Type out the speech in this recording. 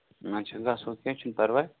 اچھا گژھو کیٚنٛہہ چھُ نہٕ پرواے